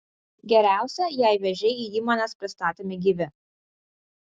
geriausia jei vėžiai į įmones pristatomi gyvi